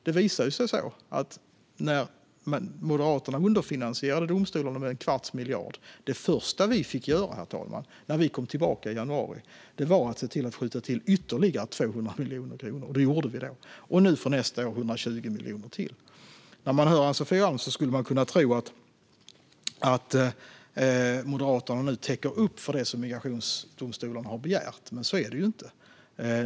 Det visade sig att när Moderaterna underfinansierade domstolarna med en kvarts miljard var det första vi fick göra när vi kom tillbaka i januari att skjuta till ytterligare 200 miljoner kronor. Det gjorde vi då. För nästa år blir det ytterligare 120 miljoner. När man hör Ann-Sofie Alm skulle man kunna tro att Moderaterna täcker upp för det som migrationsdomstolarna har begärt, men så är det inte.